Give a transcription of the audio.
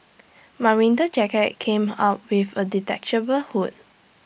my winter jacket came out with A detachable hood